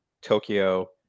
Tokyo